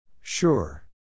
Sure